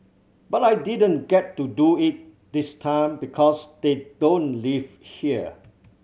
but I didn't get to do it this time because they don't live here